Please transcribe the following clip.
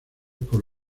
por